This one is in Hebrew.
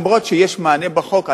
אף-על-פי שיש מענה בחוק,